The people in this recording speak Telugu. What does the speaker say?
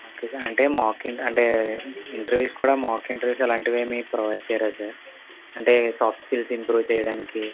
ఓకే సార్ అంటే మాక్ ఏమి అంటే ఇంటర్వ్యూస్ కూడా మాక్ ఇంటర్వ్యూస్ అలాంటివి ఏమి మీరు ప్రొవైడ్ చేయరా సార్ అంటే సాఫ్ట్ స్కిల్స్ ఇంప్రూవ్ చేయడానికి